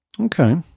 Okay